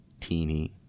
teeny